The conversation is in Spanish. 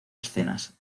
escenas